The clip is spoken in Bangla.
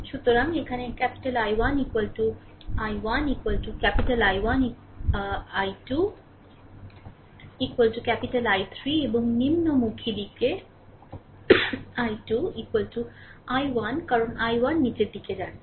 সুতরাং এখন I1 ছোট I1 I1 ছোট I2 I3 এবং নিম্নমুখী দিক I2 I1 কারণ I1 নীচের দিকে যাচ্ছে